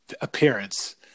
appearance